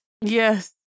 Yes